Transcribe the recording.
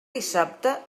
dissabte